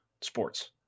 Sports